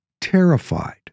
Terrified